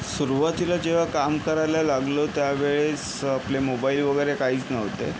सुरवातीला जेव्हा काम करायला लागलो त्यावेळेस आपले मोबाइल वगैरे काहीच नव्हते